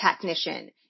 technician